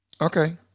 Okay